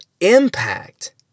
impact